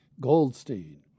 Goldstein